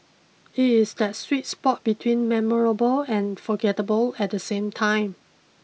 it is that sweet spot between memorable and forgettable at the same time